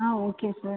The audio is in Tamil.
ah okay sir